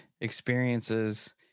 experiences